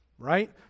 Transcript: right